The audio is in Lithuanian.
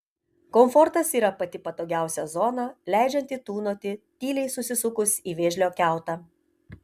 komfortas yra pati patogiausia zona leidžianti tūnoti tyliai susisukus į vėžlio kiautą